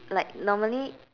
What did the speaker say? like normally